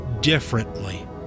differently